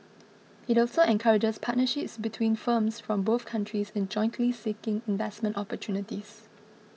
it also encourages partnerships between firms from both countries in jointly seeking investment opportunities